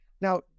Now